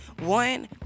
one